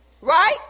Right